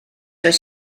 oes